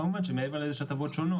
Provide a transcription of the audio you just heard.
כמובן שמעבר לזה יש הטבות שונות.